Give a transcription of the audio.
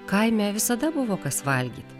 kaime visada buvo kas valgyt